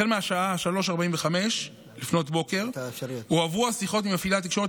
החל מהשעה 03:45 הועברו שיחות ממפעילי התקשורת,